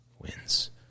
wins